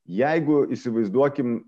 jeigu įsivaizduokim